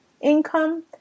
income